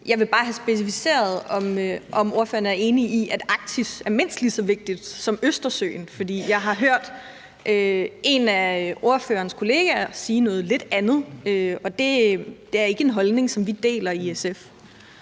Jeg vil bare have specificeret, om ordføreren er enig i, at Arktis er mindst lige så vigtig som Østersøen, for jeg har hørt en af ordførerens kollegaer sige noget lidt andet, og det er ikke en holdning, som vi deler i SF.